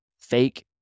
fake